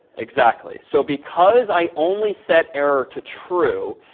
exactly. so because i only set error to true,